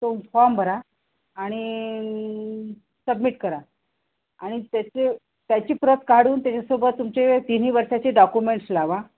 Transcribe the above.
तो फॉर्म भरा आणि सबमिट करा आणि त्याचे त्याची प्रत काढून त्याच्यासोबत तुमचे तिन्ही वर्षांचे डॉक्युमेंट्स लावा